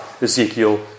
Ezekiel